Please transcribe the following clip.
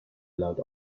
laut